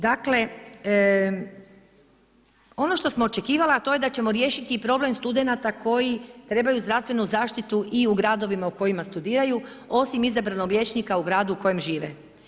Dakle, ono što sam očekivala a to je da ćemo riješiti problem studenata koji trebaju zdravstvenu zaštitu i u gradovima u kojima studiraju osim izabranog liječnika u gradu u kojem žive.